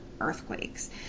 earthquakes